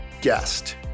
guest